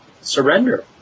surrender